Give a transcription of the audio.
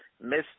miss